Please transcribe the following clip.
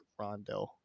Rondell